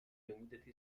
لمدة